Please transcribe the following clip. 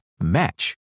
match